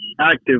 active